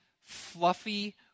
fluffy